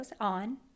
on